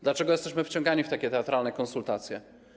Dlaczego jesteśmy wciągani w takie teatralne konsultacje?